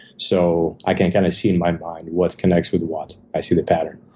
so i can kind of see in my mind what connects with what. i see the pattern.